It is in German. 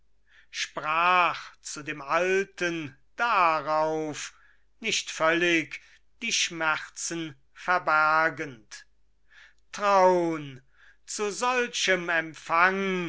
sprach zu dem alten darauf nicht völlig die schmerzen verbergend traun zu solchem empfang